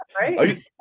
Right